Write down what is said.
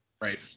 Right